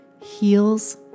heals